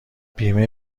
بیمه